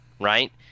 Right